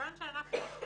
מכיוון שאנחנו אחראים,